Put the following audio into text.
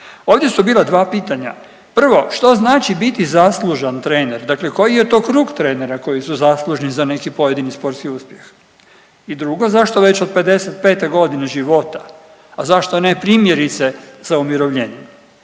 Ovdje su bila dva pitanja. Prvo, što znači biti zaslužan trener, dakle koji je to krug trenera koji su zaslužni za neki pojedini sportski uspjeh? I drugo, zašto već od 55 godine života, a zašto ne primjerice sa umirovljenjem?